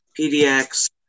PDX